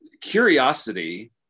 curiosity